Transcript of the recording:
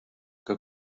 que